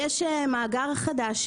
יש מאגר חדש,